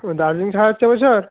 ও দার্জিলিং ছাড়া হচ্ছে এ বছর